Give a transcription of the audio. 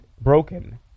broken